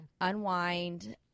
unwind